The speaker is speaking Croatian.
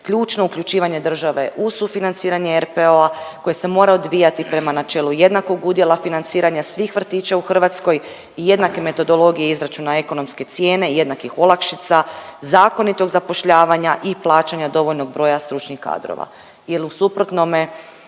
ključno uključivanje države u sufinanciranje NPO koji se mora odvijati prema načelu jednakog udjela financiranja svih vrtića u Hrvatskoj i jednake metodologije izračuna ekonomske cijene, jednakih olakšica, zakonitog zapošljavanja i plaćanja dovoljnog broja stručnih kadrova jer u suprotnome